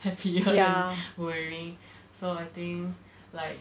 happier than we are already so I think like